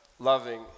Loving